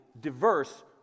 diverse